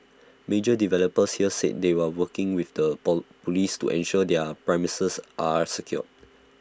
major developers here said they were working with the Police to ensure their premises are secure